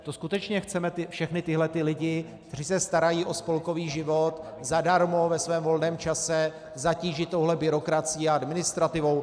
To skutečně chceme všechny tyhlety lidi, kteří se starají o spolkový život, zadarmo, ve svém volném čase, zatížit touhle byrokracií a administrativou?